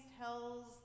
tells